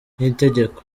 n’itegeko